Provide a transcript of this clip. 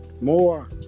more